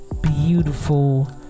beautiful